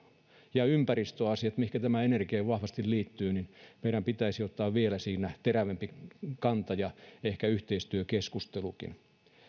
ja ympäristöasioissa mihinkä tämä energia vahvasti liittyy meidän pitäisi ottaa vielä terävämpi kanta ja ehkä yhteistyökeskustelukin